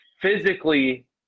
physically